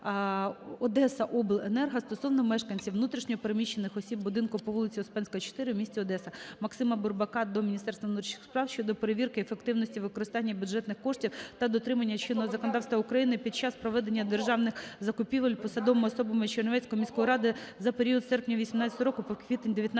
"Одесаобленерго" стосовно мешканців, внутрішньо переміщених осіб будинку по вулиці Успенська, 4 в місті Одеса. Максима Бурбака до Міністра внутрішніх справ щодо перевірки ефективності використання бюджетних коштів та дотримання чинного законодавства України під час проведення державних закупівель посадовими особами Чернівецької міської ради за період з серпня 2018 року по квітень 2019